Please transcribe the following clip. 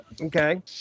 Okay